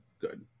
good